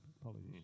apologies